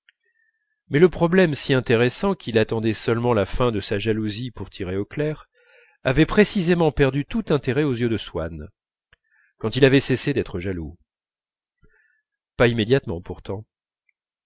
mais le problème si intéressant qu'il attendait seulement la fin de sa jalousie pour tirer au clair avait précisément perdu tout intérêt aux yeux de swann quand il avait cessé d'être jaloux pas immédiatement pourtant